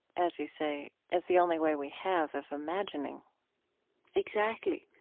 as you say, as the only way we have of imagining exactly.